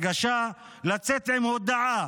הרגשה, להוציא הודעה